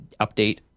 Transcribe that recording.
update